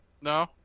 no